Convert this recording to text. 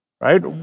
Right